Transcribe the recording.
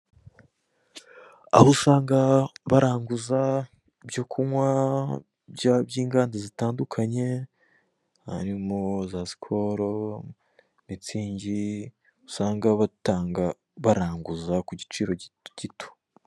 Aho usanga baranguza ibyo kunywa by'inganda zitandukanye harimo za sikoro, mitsingi, usanga baranguza ku giciro gito.